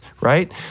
right